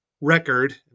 record